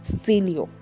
failure